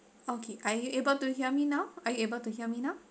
okay are you able to hear me now are you able to hear me now